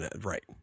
Right